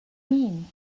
mean